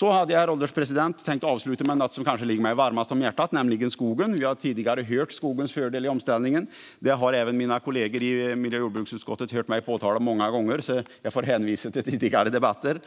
Herr ålderspresident! Jag hade tänkt avsluta med något som kanske ligger mig varmast om hjärtat, nämligen skogen. Vi har tidigare hört om skogens fördel i omställningen. Det har även mina kollegor i miljö och jordbruksutskottet hört mig påtala många gånger. Jag får hänvisa till tidigare debatter.